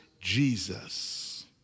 Jesus